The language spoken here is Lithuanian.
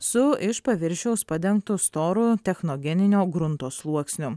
su iš paviršiaus padengtu storu technogeninio grunto sluoksniu